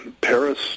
Paris